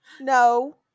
No